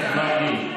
מרגי.